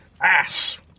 ass